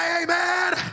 amen